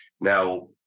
Now